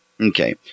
Okay